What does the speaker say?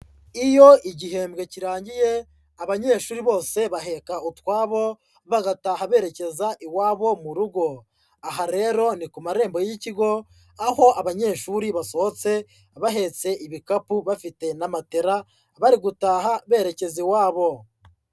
Iyo igihembwe kirangiye, abanyeshuri bose baheka utwabo bagataha berekeza iwabo mu rugo. Aha rero ni ku marembo y'ikigo, aho abanyeshuri basohotse bahetse ibikapu, bafite n'amatera, bari gutaha berekeza iwabo.